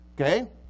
Okay